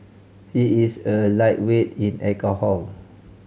he is a lightweight in alcohol